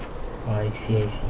I see I see